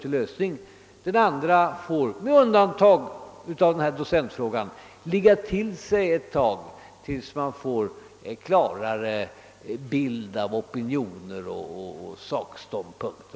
Den andra delen får med undantag för denna fråga om docenternas ställning ligga till sig en tid tills man får en klarare bild av opinioner och sakståndspunkter.